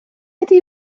ydy